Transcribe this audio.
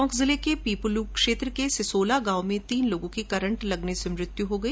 टोंक जिले के पीपलू क्षेत्र के सिसोला गांव में तीन लोगों की करंट लगने से मौत हो गई